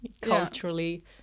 culturally